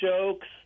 jokes